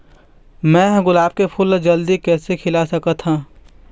मैं ह गुलाब के फूल ला जल्दी कइसे खिला सकथ हा?